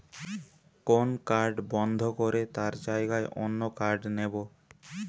কোন কার্ড বন্ধ করে তার জাগায় অন্য কার্ড নেব